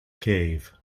cave